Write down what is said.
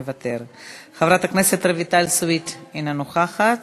מוותר, חברת הכנסת רויטל סויד, אינה נוכחת,